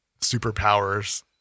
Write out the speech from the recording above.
superpowers